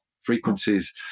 frequencies